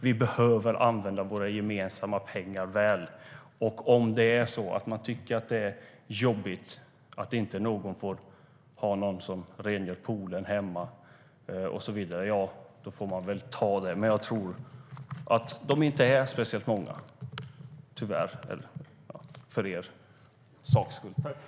Vi behöver använda våra gemensamma pengar väl, och om man tycker att det är jobbigt att någon inte får hjälp med att rengöra poolen hemma så får man väl ta det. Jag tror dock inte att det är så många - tyvärr, för er saks skull.